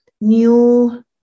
new